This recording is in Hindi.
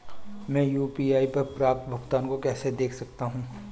मैं यू.पी.आई पर प्राप्त भुगतान को कैसे देख सकता हूं?